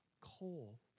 coal